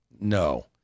No